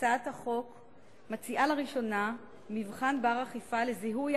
הצעת החוק מציעה לראשונה מבחן בר-אכיפה לזיהוי